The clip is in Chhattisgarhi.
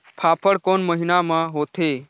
फाफण कोन महीना म होथे?